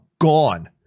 gone